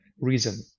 reason